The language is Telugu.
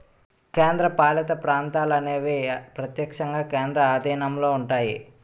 కేంద్రపాలిత ప్రాంతాలు అనేవి ప్రత్యక్షంగా కేంద్రం ఆధీనంలో ఉంటాయి